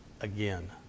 again